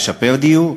לשפר דיור.